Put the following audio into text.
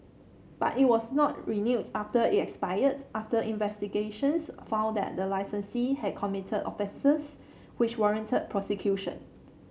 but it was not renewed after it expired after investigations found that the licensee had committed offences which warranted prosecution